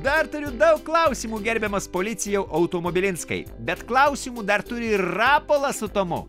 dar turiu daug klausimų gerbiamas policijau automobilinskai bet klausimų dar turi ir rapolas su tomu